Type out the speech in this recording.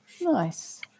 Nice